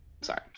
Sorry